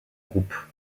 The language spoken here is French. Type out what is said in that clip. groupes